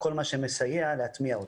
וכל מה שמסייע להטמיע אותה.